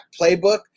playbook